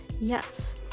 yes